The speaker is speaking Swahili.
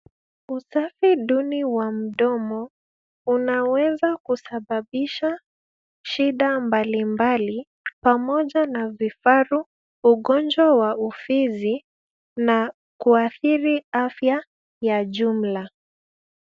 Usafi duni wa mdomo unaweza kusababisha shida mbalimbali pamoja na vifaru, ugonjwa wa ufizi na kuathiri afya ya jumla.